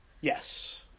Yes